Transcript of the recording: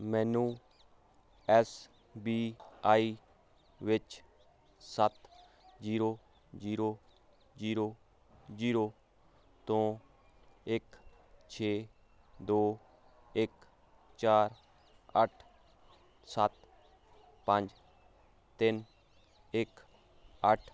ਮੈਨੂੰ S B I ਵਿੱਚ ਸੱਤ ਜੀਰੋ ਜੀਰੋ ਜੀਰੋ ਜੀਰੋ ਤੋਂ ਇੱਕ ਛੇ ਦੋ ਇੱਕ ਚਾਰ ਅੱਠ ਸੱਤ ਪੰਜ ਤਿੰਨ ਇੱਕ ਅੱਠ